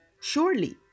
Surely